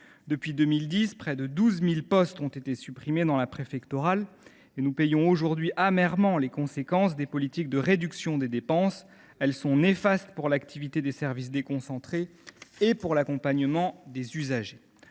Depuis 2010, près de 12 000 postes ont été supprimés dans la préfectorale. Nous payons aujourd’hui amèrement les conséquences des politiques de réduction des dépenses : elles sont néfastes tant pour l’activité des services déconcentrés que pour l’accompagnement des usagers.